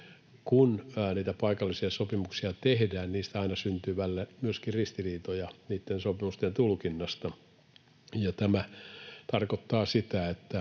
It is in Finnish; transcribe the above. paikallisia sopimuksia tehdään, niin aina syntyy myöskin ristiriitoja niitten sopimusten tulkinnasta. Tämä tarkoittaa sitä,